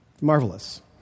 Marvelous